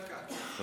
לרשותך שלוש דקות.